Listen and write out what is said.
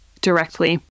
directly